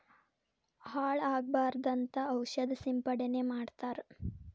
ಹಾಳ ಆಗಬಾರದಂತ ಔಷದ ಸಿಂಪಡಣೆ ಮಾಡ್ತಾರ